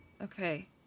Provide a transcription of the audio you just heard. Okay